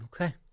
Okay